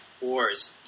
Wars